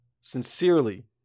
sincerely